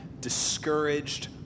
discouraged